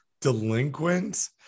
delinquent